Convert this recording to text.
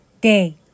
day